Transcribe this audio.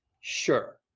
sure